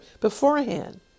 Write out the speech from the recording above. beforehand